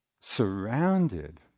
surrounded